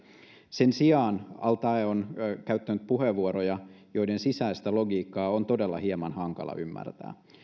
sen sijaan al taee on käyttänyt puheenvuoroja joiden sisäistä logiikkaa on todella hieman hankala ymmärtää